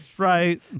right